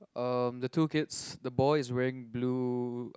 um the two kids the boy is wearing blue